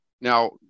now